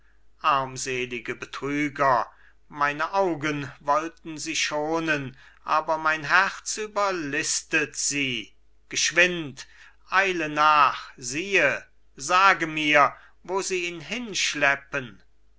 armselige betrüger meine augen wollten sie schonen aber mein herz überlistet sie geschwind eile nach sieh sage mir wo sie ihn hinschleppen